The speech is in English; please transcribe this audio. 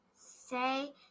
say